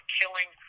killing